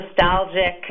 nostalgic